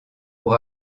pour